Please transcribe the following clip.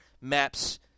maps